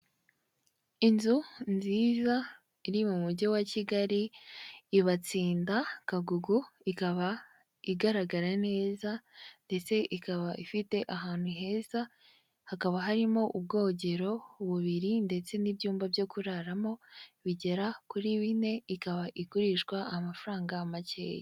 Inzu nziza, iri mu Mujyi wa Kigali, Ibatsinda, Kagugu, ikaba igaragara neza ndetse ikaba ifite ahantu heza, hakaba harimo ubwogero bubiri ndetse n'ibyumba byo kuraramo bigera kuri bine, ikaba igurishwa amafaranga makeya.